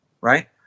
right